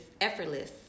effortless